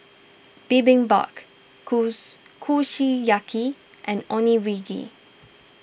Bibimbap kusu Kushiyaki and Onigiri